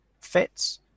fits